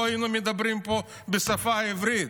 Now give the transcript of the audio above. לא היינו מדברים פה בשפה העברית.